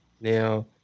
Now –